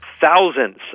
Thousands